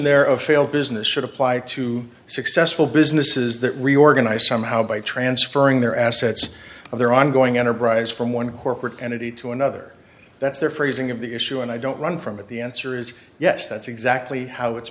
there of failed business should apply to successful businesses that reorganize somehow by transferring their assets their ongoing enterprise from one corporate entity to another that's their phrasing of the issue and i don't run from it the answer is yes that's exactly how it's